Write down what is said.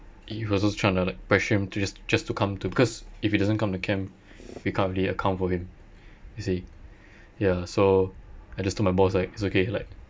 he was also trying to like pressure him to just just to come to cause if he doesn't come to camp we can't really account for him you see ya so I just told my boss like it's okay like